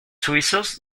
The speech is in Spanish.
suizos